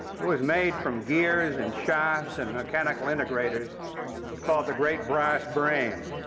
it was made from gears and shafts and mechanical integrators. it was called the great brass brain.